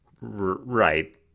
Right